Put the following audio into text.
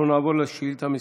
אנחנו נעבור לשאילתה מס'